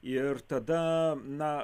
ir tada na